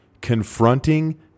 confronting